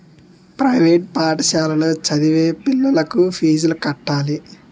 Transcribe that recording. private పాఠశాలలో చదివే పిల్లలకు ఫీజులు కట్టాలి